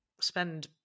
spend